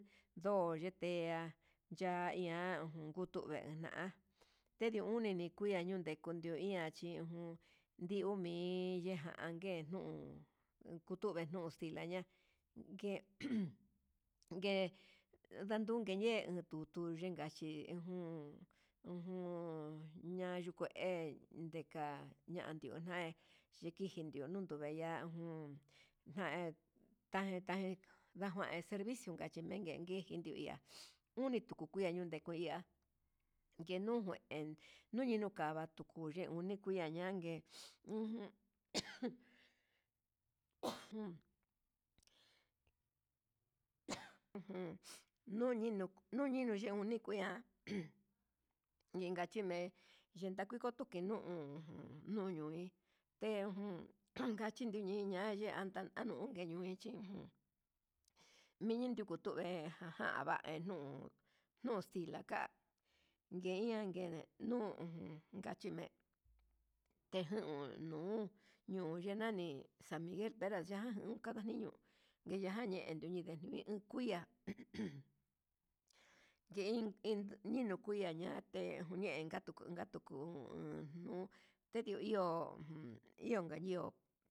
Ndo yetea ya ihan jutu nguena tenuu uni ni kuia chandukenduu iha, chi jun ndio mi'i yejan ken nuu tuvex nuu tixla ña'a ngue jun ngue ndatungue ñe'e utuyikachi ujun, ujun ya yuu kué yeka yian ngunai ndiki yiki yiundó ndovella jun, nde tajuen tajuen ndaken servicio chimeji inji tu iha, utu kueñu ndutu iha nguenujuen yunu nukava'a tuu tuyen uun uña ñangue ujun ¡ ejun ejun! Nuniño nuniño yenu kuian inka chime'e denakito kachinuu ujun nuñu'e tejun unkachi nuñi'i niña yanda nanunke chimechi uun, miñi nuku tukue aján vae uun nuxila ka'a nde ian nguen, uun kachime tejun nuu yunenani san miguel pera yan kañinu nguiñane ndine ñiu, kuia yen yenukuia atengake tuku han jun tedio ihó ujun iho na iho.